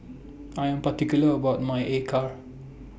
I Am particular about My Acar